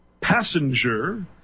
passenger